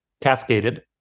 cascaded